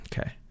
Okay